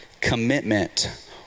Commitment